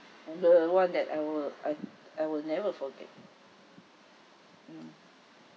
the one that I will I I will never forget mm